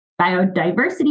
biodiversity